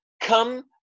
Come